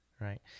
Right